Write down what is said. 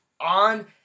on